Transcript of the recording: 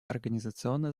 организационно